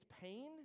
pain